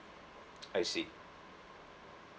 I see